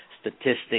statistics